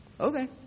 okay